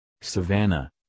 savannah